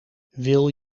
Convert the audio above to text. wil